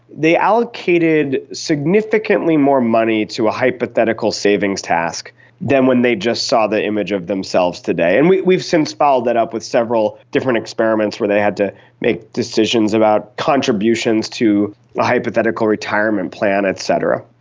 they allocated significantly more money to a hypothetical savings task than when they just saw the image of themselves today. and we've we've since followed that up with several different experiments where they had to make decisions about contributions to a hypothetical retirement plan et cetera.